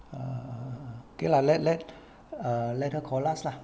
err okay lah let let err let her call us lah